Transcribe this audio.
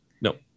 No